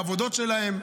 בעבודות שלהן,